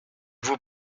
vous